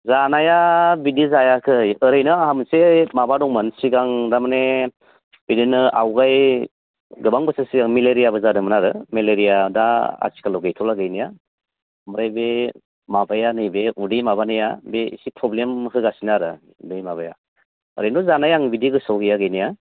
जानाया बिदि जायाखै ओरैनो आंहा मोनसे माबा दंमोन सिगां थारमानि बिदिनो आवगाय गोबां बोसोर सिगां मेलेरियाबो जादोंमोन आरो मेलेरिया दा आथिखालआव गैथ'ला गैनाया ओमफ्राय बे माबाया नैबे उदै माबानाया बे एसे प्रब्लेम होगासिनो आरो बे माबाया ओरैनो जानाय आं बिदि गोसोआव गैया गैनाया